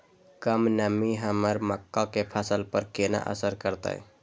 कम नमी हमर मक्का के फसल पर केना असर करतय?